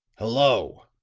hello,